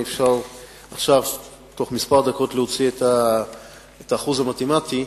אפשר עכשיו בתוך כמה דקות להוציא את האחוז המתמטי.